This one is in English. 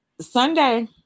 Sunday